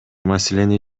маселени